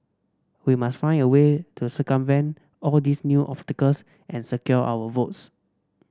we must find a way to circumvent all these new obstacles and secure our votes